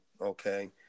okay